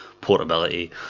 portability